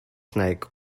snake